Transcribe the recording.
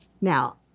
Now